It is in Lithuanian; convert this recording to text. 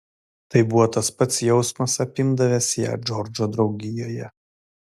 tai buvo tas pats jausmas apimdavęs ją džordžo draugijoje